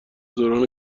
دوران